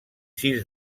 sis